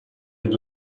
and